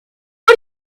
are